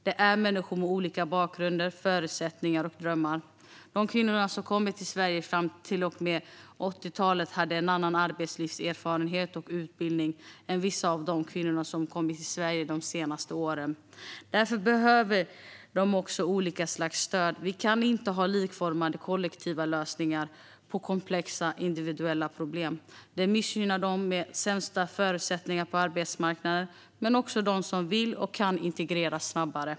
Det är människor med olika bakgrund, förutsättningar och drömmar. De kvinnor som kom till Sverige fram till och med 80-talet hade en annan arbetslivserfarenhet och utbildning än vissa av de kvinnor som kommit till Sverige de senaste åren. Därför behöver de också olika slags stöd. Vi kan inte ha likformade kollektiva lösningar på komplexa individuella problem. Det missgynnar dem med sämst förutsättningar på arbetsmarknaden men också dem som vill och kan integreras snabbare.